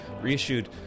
reissued